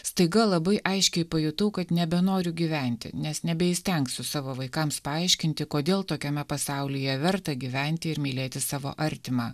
staiga labai aiškiai pajutau kad nebenoriu gyventi nes nebeįstengsiu savo vaikams paaiškinti kodėl tokiame pasaulyje verta gyventi ir mylėti savo artimą